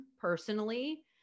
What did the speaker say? personally